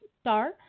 star